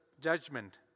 judgment